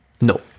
No